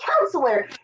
counselor